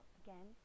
again